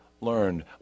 learned